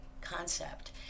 concept